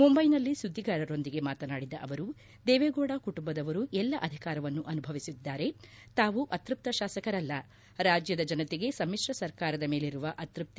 ಮುಂಬೈನಲ್ಲಿ ಸುದ್ವಿಗಾರರೊಂದಿಗೆ ಮಾತನಾಡಿದ ಅವರು ದೇವೇಗೌಡ ಕುಟುಂಬದವರು ಎಲ್ಲ ಅಧಿಕಾರವನ್ನು ಅನುಭವಿಸಿದ್ದಾರೆ ತಾವು ಅತೃಪ್ತ ಶಾಸಕರಲ್ಲ ರಾಜ್ಞದ ಜನತೆಗೆ ಸಮಿಶ್ರ ಸರ್ಕಾರದ ಮೇಲಿರುವ ಅತ್ಯಸ್ತಿ